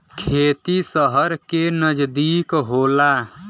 खेती सहर के नजदीक होला